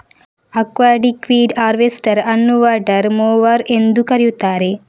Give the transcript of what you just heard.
aquatic weed harvester ಅನ್ನುವಾಟರ್ mower ಎಂದೂ ಕರೆಯುತ್ತಾರೆ